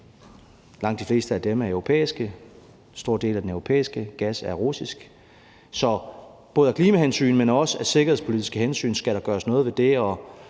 Langt de fleste af dem er europæiske, og en stor del af den europæiske gas er russisk. Så både af klimahensyn, men også af sikkerhedspolitiske hensyn skal der gøres noget ved det.